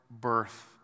birth